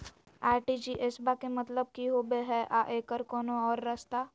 RTGS बा के मतलब कि होबे हय आ एकर कोनो और रस्ता?